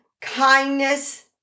kindness